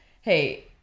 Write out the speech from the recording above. Hey